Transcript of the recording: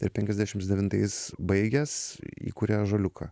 ir penkiasdešim devintais baigęs įkuria ąžuoliuką